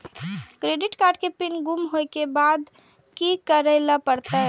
Credit card के pin गुम होय के बाद की करै ल परतै?